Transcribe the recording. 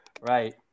Right